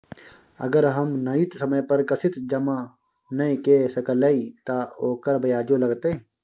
अगर हम नियत समय पर किस्त जमा नय के सकलिए त ओकर ब्याजो लगतै?